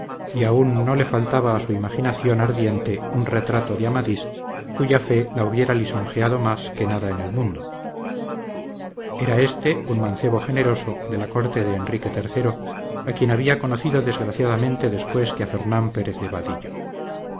y aun no le faltaba a su imaginación ardiente un retrato de amadís cuya fe la hubiera lisonjeado más que nada en el mundo era éste un mancebo generoso de la corte de enrique iii a quien había conocido desgraciadamente después que a fernán pérez de vadillo